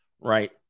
right